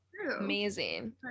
amazing